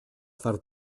far